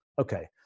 Okay